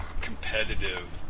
competitive